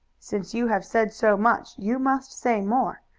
since you have said so much you must say more.